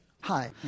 Hi